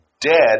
dead